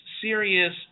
serious